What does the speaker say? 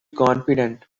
confident